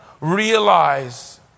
realize